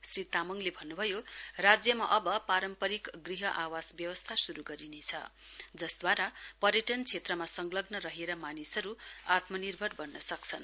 श्री तामङले भन्नुभयो राज्यमा अव पारम्परिक ग्रह आवास व्यवस्था श्रु गरिनेछ जसद्वारा पर्यटन क्षेत्रमा संलग्न रहेर मानिसहरु आत्मनिर्भर वन्न सक्छन्